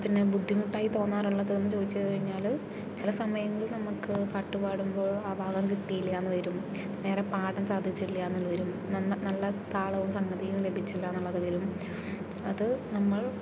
പിന്നെ ബുദ്ധിമുട്ടായി തോന്നാറുള്ളത് എന്ന് ചോദിച്ചു കഴിഞ്ഞാൽ ചില സമയങ്ങളിൽ നമ്മൾക്ക് പാട്ടു പാടുമ്പോൾ ആ ഭാഗം കിട്ടിയില്ല എന്ന് വരും നേരെ പാടാൻ സാധിച്ചിട്ടില്ല എന്ന് വരും നല്ല താളവും സംഗതിയും ലഭിച്ചില്ല എന്നുള്ളത് വരും അത് നമ്മൾ